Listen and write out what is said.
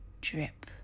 drip